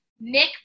Nick